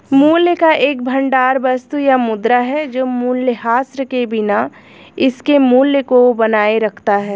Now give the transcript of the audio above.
मूल्य का एक भंडार वस्तु या मुद्रा है जो मूल्यह्रास के बिना इसके मूल्य को बनाए रखता है